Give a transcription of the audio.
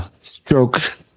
stroke